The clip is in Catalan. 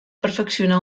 perfeccionar